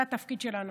זה התפקיד שלנו,